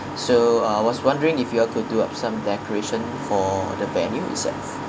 so uh was wondering if you all could do up some decoration for the venue itself